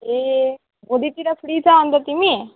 ए भेलितिर फ्री छ अन्त तिमी